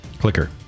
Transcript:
Clicker